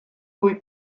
cui